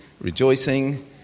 rejoicing